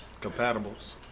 Compatibles